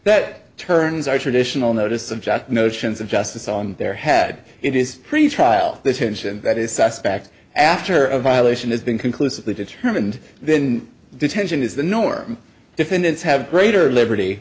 that turns are traditional notice of john notions of justice on their head it is trial the tension that is suspect after a violation has been conclusively determined then detention is the norm defendants have greater liberty